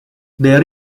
there